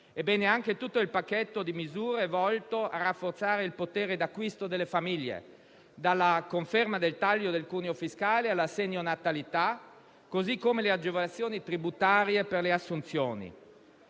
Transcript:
anche tutto il pacchetto di misure volto a rafforzare il potere d'acquisto delle famiglie, dalla conferma del taglio del cuneo fiscale all'assegno natalità, così come le agevolazioni tributarie per le assunzioni.